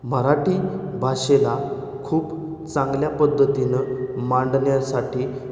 मराठी भाषेला खूप चांगल्या पद्धतीने मांडण्यासाठी